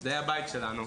זה הבית שלנו.